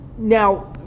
Now